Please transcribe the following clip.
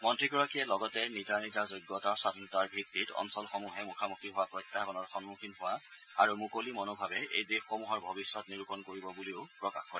মন্ত্ৰীগৰাকীয়ে লগতে নিজা নিজা যোগ্যতা স্বধীনতাৰ ভিত্তিত অঞ্চলসমূহে মুখামুখি হোৱা প্ৰত্যাহবানৰ সন্মুখীন হোৱা আৰু মুকলি মনোভাৱে এই দেশসমূহৰ ভৱিষ্যত নিৰূপণ কৰিব বুলিও প্ৰকাশ কৰে